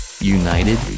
united